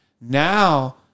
Now